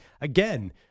again